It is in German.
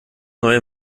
neue